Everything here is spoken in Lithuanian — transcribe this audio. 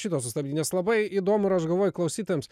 šito sustabdyt nes labai įdomu ir aš galvoju klausytojams